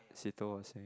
Seetoh was saying